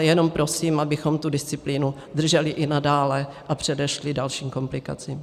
Jenom prosím, abychom tu disciplínu drželi i nadále a předešli dalším komplikacím.